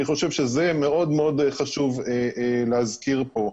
אני חושב שזה מאוד מאוד חשוב להזכיר פה.